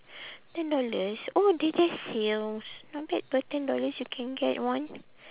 ten dollars oh they there's sales not bad for ten dollars you can get one